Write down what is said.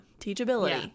teachability